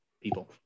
people